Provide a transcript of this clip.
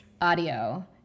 audio